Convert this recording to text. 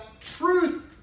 truth